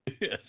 Yes